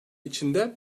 içinde